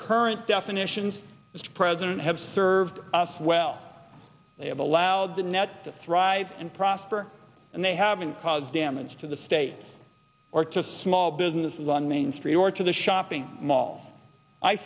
current definitions mr president have served us well they have allowed the net to thrive and prosper and they haven't caused damage to the states or to small business long main street or to the shopping mall i